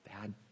bad